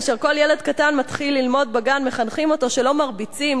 כאשר כל ילד קטן מתחיל ללמוד בגן מחנכים אותו שלא מרביצים,